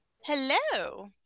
Hello